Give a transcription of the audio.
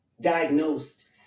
diagnosed